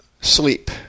sleep